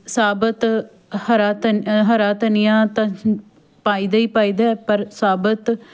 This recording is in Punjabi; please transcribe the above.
ਸਾਬਤ ਹਰਾ ਧਨ ਹਰਾ ਧਨੀਆ ਤਾਂ ਪਾਈਦਾ ਹੀ ਪਾਈਦਾ ਪਰ ਸਾਬਤ